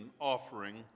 offering